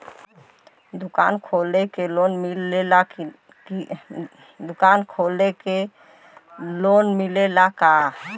दुकान खोले के लोन मिलेला का?